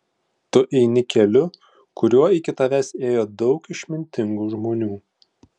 tu eini keliu kuriuo iki tavęs ėjo daug išmintingų žmonių